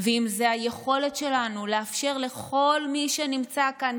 אם זו היכולת שלנו לאפשר לכל מי שנמצא כאן,